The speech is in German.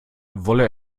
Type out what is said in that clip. wolle